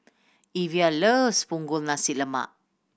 Evia loves Punggol Nasi Lemak